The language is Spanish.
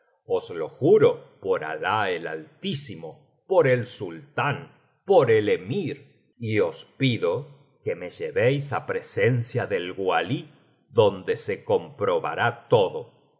os lo juro por alah el altísimo por el sultán por el emir y os pido que me llevéis á presencia del walí donde se comprobará todo